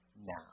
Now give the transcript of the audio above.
now